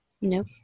Nope